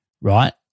right